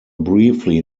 briefly